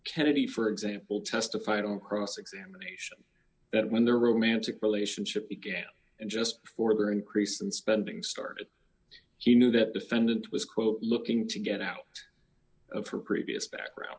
kennedy for example testified on cross examination that when their romantic relationship began and just before their increase in spending started he knew that defendant was quote looking to get out of her previous background